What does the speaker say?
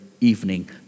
evening